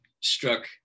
struck